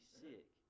sick